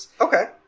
Okay